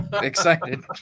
excited